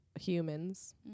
humans